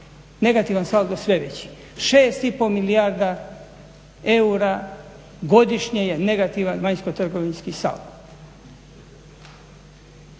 negativan saldo sve veći. 6,5 milijarda eura godišnje je negativan vanjskotrgovinski saldo.